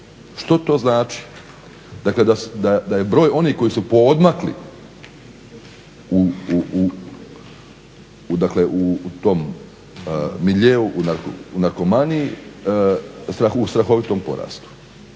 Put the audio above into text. Što to znači? Dakle, da je broj onih koji su poodmakli u tom miljeu, u narkomaniji, u strahovitom porastu